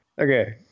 Okay